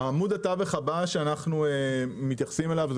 עמוד התווך הבא שאנחנו מתייחסים אליו הוא